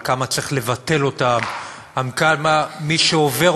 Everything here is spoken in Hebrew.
על כמה צריך לבטל אותם ועל כמה מי שעובר